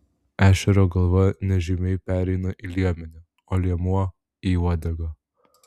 ešerio galva nežymiai pereina į liemenį o liemuo į uodegą